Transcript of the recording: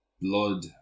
blood